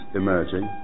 emerging